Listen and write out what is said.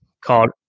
called